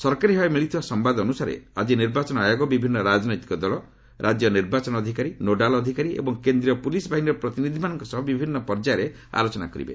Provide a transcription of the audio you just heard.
ସରକାରୀ ଭାବେ ମିଳିଥିବା ସମ୍ବାଦ ଅନୁସାରେ ଆଜି ନିର୍ବାଚନ ଆୟୋଗ ବିଭିନ୍ନ ରାଜନୈତିକ ଦଳ ରାଜ୍ୟ ନିର୍ବାଚନ ଅଧିକାରୀ ନୋଡାଲ୍ ଅଧିକାରୀ ଏବଂ କେନ୍ଦ୍ରୀୟ ପୁଲିସ୍ ବାହିନୀର ପ୍ରତିନିଧିମାନଙ୍କ ସହ ବିଭିନ୍ନ ପର୍ଯ୍ୟାୟରେ ଆଲୋଚନା କରିବେ